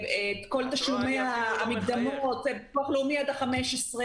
כל תשלומי המקדמות, הביטוח הלאומי עד 15 לחודש.